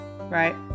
right